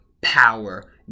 power